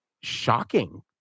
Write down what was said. shocking